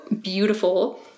beautiful